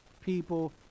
people